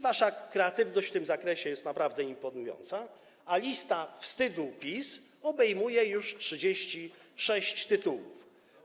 Wasza kreatywność w tym zakresie jest naprawdę imponująca, a lista wstydu PiS obejmuje już 36 tytułów.